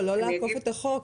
לא לעקוף את החוק.